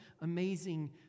amazing